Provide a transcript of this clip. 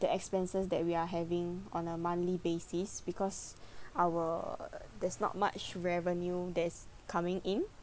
the expenses that we are having on a monthly basis because our there's not much revenue that is coming in